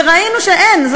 ראינו שאין,